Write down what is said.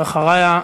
ואחריה,